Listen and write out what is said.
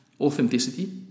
authenticity